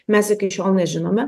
mes iki šiol nežinome